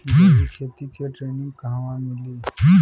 जैविक खेती के ट्रेनिग कहवा मिली?